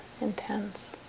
intense